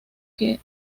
que